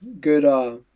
good